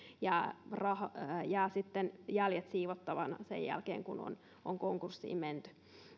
jää sitten jäljet siivottavaksi sen jälkeen kun on on konkurssiin menty